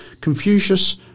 Confucius